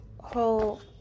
whole